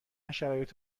شرایط